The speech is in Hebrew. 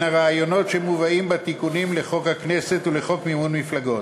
הרעיונות שמובאים בתיקונים לחוק הכנסת ולחוק מימון מפלגות.